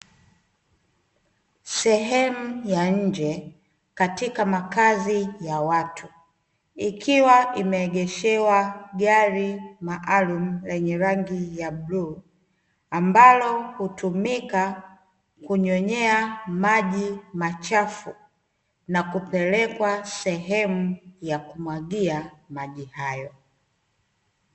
Sehemu ya nje katika makazi ya watu, ikiwa imeegeshewa gari maalumu lenye rangi ya bluu, ambalo hutumika kunyonyea maji machafu na kupelekwa sehemu ya kumwagia maji hayo.